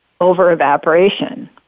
over-evaporation